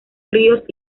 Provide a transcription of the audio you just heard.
ríos